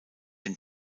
den